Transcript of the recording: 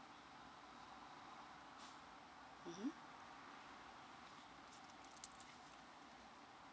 mmhmm